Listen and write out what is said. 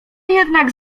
jednak